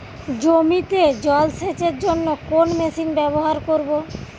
জমিতে জল সেচের জন্য কোন মেশিন ব্যবহার করব?